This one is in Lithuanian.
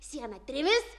dieną trimis